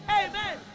Amen